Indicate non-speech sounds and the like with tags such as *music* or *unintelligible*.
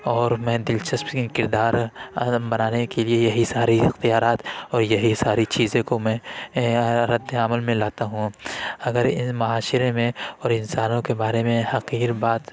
اور میں دلچسپ کردار *unintelligible* بنانے کے لیے یہی ساری اختیارات اور یہی ساری چیزیں کو میں ردِ عمل میں لاتا ہوں اگر اِن معاشرے میں اور انسانوں کے بارے میں حقیر بات